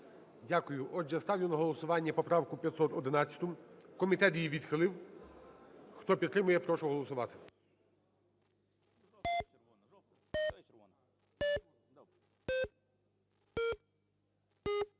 Дякую. Отже, ставлю на голосування поправку 511. Комітет її відхилив. Хто підтримує. Прошу голосувати.